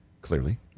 clearly